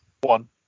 One